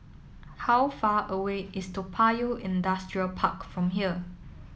how far away is Toa Payoh Industrial Park from here